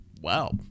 Wow